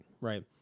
right